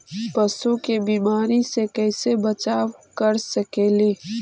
पशु के बीमारी से कैसे बचाब कर सेकेली?